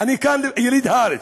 אני כאן יליד הארץ,